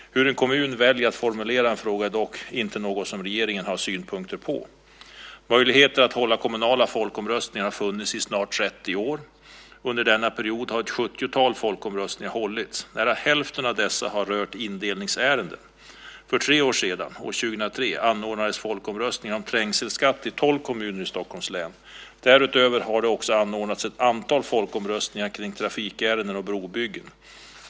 Hur en kommun väljer att formulera en fråga är dock inte något som regeringen har synpunkter på. Möjligheten att hålla kommunala folkomröstningar har funnits i snart 30 år. Under denna period har ett sjuttiotal folkomröstningar hållits. Nära hälften av dessa har rört indelningsärenden. För tre år sedan, år 2003, anordnades folkomröstningar om trängselskatt i tolv kommuner i Stockholms län. Därutöver har det också anordnats ett antal folkomröstningar kring trafikärenden och brobyggen.